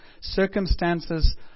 Circumstances